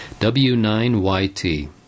W9YT